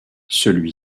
celui